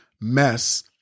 mess